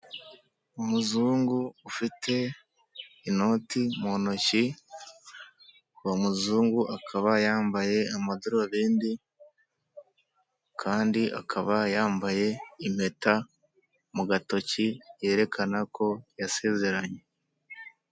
Umuzungu ufite inoti mu ntoki uwo muzungu akaba yambaye amadarubindi kandi akaba yambaye impeta mu gatoki yerekana ko yasezeranye.